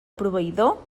proveïdor